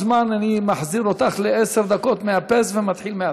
אני מחזיר אותך לעשר דקות, מאפס ומתחיל מההתחלה.